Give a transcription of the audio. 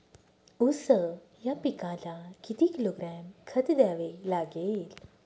ऊस या पिकाला किती किलोग्रॅम खत द्यावे लागेल?